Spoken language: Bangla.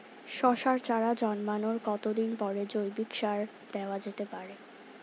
শশার চারা জন্মানোর কতদিন পরে জৈবিক সার দেওয়া যেতে পারে?